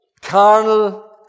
carnal